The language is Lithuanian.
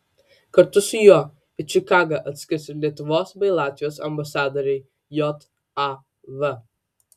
kartu su juo į čikagą atskris ir lietuvos bei latvijos ambasadoriai jav